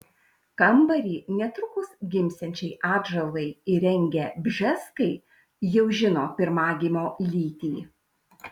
kambarį netrukus gimsiančiai atžalai įrengę bžeskai jau žino pirmagimio lytį